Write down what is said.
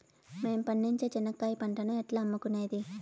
మేము పండించే చెనక్కాయ పంటను ఎట్లా అమ్ముకునేది?